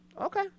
Okay